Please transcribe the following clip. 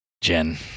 Jen